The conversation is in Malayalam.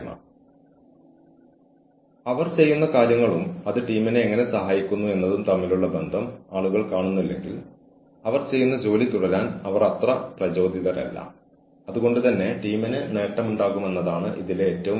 നിങ്ങൾ എന്തുതന്നെ ചെയ്താലും അത് എങ്ങനെ നിങ്ങൾ പറയുന്നതോ ചെയ്യുന്നതോ ആയ സാഹചര്യത്തെ സ്വാധീനിക്കാൻ സാധ്യതയുണ്ടെന്ന് ദയവായി കണ്ടെത്തുക